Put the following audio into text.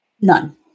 None